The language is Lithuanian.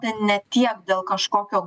ten ne tiek dėl kažkokio